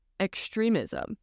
extremism